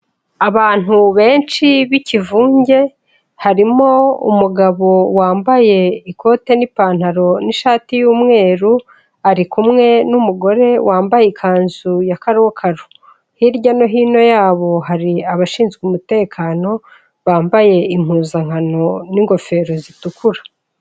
Abantu benshi b'ikivunge harimo umugabo wambaye ikote n'ipantaro n'ishati y'umweru ari kumwe n'umugore wambaye ikanzu ya karokaro hirya no hino yabo hari abashinzwe umutekano bambaye impuzankano n'ingofero zitukura.